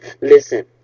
Listen